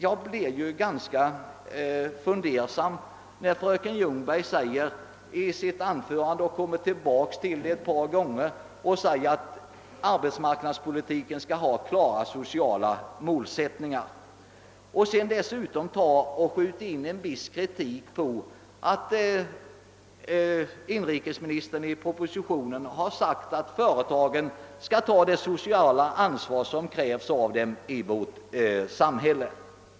Jag blev ganska fundersam när fröken Ljungberg i sitt anförande ett par gånger framhöll att arbetsmarknadspolitiken skall ha klara sociala målsättning ar och sedan sköt in en viss kritik mot att inrikesministern i propositionen har sagt att företagen skall ta det sociala ansvar som krävs av dem i vårt samhälle.